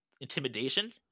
intimidation